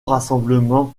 rassemblements